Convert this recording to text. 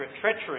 treachery